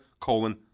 Colon